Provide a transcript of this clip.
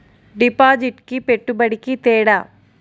డిపాజిట్కి పెట్టుబడికి తేడా?